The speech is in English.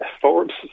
Forbes